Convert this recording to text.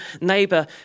neighbor